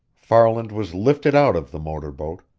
farland was lifted out of the motor boat,